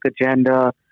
agenda